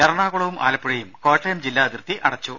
എറണാകുളവും ആലപ്പുഴയും കോട്ടയം ജില്ലാ അതിർത്തി അടച്ചു